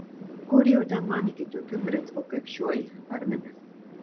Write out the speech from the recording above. kur jau ten man iki tokių britvų kaip šioji barmene